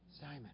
Simon